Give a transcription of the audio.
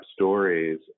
stories